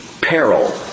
peril